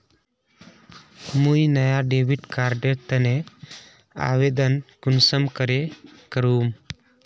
मुई नया debit card एर तने आवेदन कुंसम करे करूम?